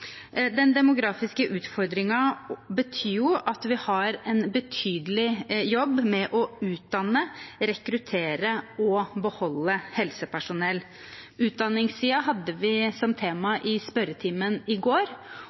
Den demografiske utfordringen betyr at vi har en betydelig jobb med å utdanne, rekruttere og beholde helsepersonell. Utdanningssiden hadde vi som tema i spørretimen i går,